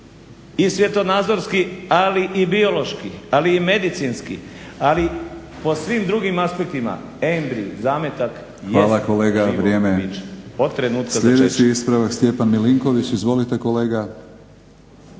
i svjetonazorski, ali i biološki, ali i medicinski, ali po svim drugim aspekt, embrij, zametak jest živo biće od trenutka začeća. **Batinić, Milorad (HNS)** Hvala kolega, vrijeme. Sljedeći ispravak Stjepan Milinković. Izvolite kolega.